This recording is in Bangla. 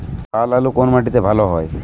লাল আলু কোন মাটিতে ভালো হয়?